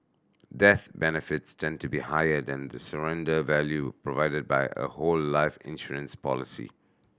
death benefits tend to be higher than the surrender value provided by a whole life insurance policy